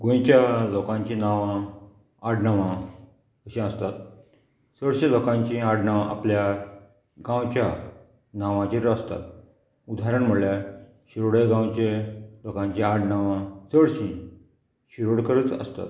गोंयच्या लोकांची नांवां आडनांवां अशीं आसतात चडशें लोकांचीं आडनावां आपल्या गांवच्या नांवाचेर आसतात उदाहरण म्हणल्यार शिरोडे गांवचे लोकांची आडनावां चडशीं शिरोडकरच आसतात